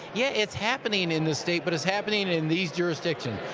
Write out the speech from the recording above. yeah, it's happening in the state but it's happening in these jurisdiction,